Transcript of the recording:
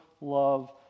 love